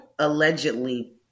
allegedly